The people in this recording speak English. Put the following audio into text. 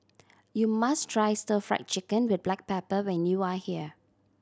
you must try Stir Fried Chicken with black pepper when you are here